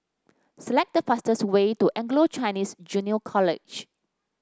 select the fastest way to Anglo Chinese Junior College